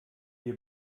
wir